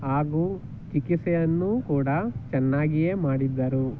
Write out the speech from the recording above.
ಹಾಗೂ ಚಿಕಿತ್ಸೆಯನ್ನೂ ಕೂಡ ಚೆನ್ನಾಗಿಯೇ ಮಾಡಿದ್ದರು